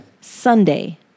Sunday